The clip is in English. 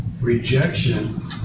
rejection